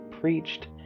preached